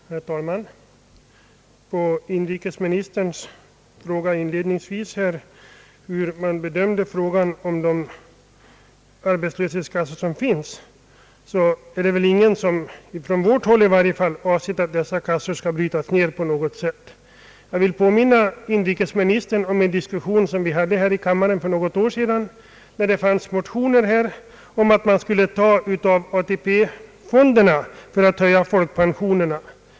Herr talman! På inrikesministerns inledande fråga hur vi bedömde arbetslöshetskassor som finns, kan jag svara att det väl inte är någon från vårt parti som anser att de skall brytas ned. Jag vill påminna inrikesministern om den diskussion som fördes här i kammaren för något år sedan, där det förelåg motioner om att ta pengar från ATP-fonderna för att höja folkpensionerna.